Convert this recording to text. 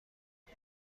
آیا